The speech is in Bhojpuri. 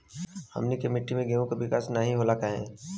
हमनी के मिट्टी में गेहूँ के विकास नहीं होला काहे?